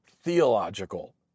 theological